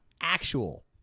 actual